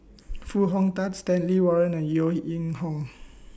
Foo Hong Tatt Stanley Warren and Yeo Ying Hong